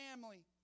family